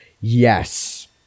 Yes